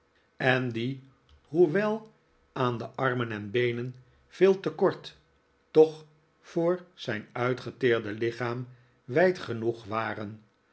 en die hoewel aan de armen en beeneri veel te kort toch voor zijn uitgeteerde lichaam wijd genoeg waren